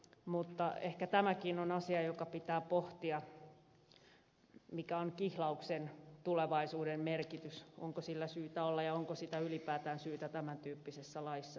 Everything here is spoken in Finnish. mutta ehkä tämäkin on asia joka pitää pohtia mikä on kihlauksen tulevaisuuden merkitys onko sillä syytä olla ja onko sitä ylipäätään syytä tämän tyyppisessä laissa olla